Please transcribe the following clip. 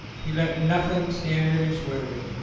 he let nothing stand in his way.